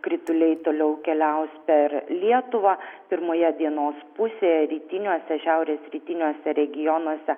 krituliai toliau keliaus per lietuvą pirmoje dienos pusėje rytiniuose šiaurės rytiniuose regionuose